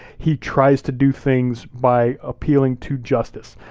he tries to do things by appealing to justice.